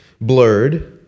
blurred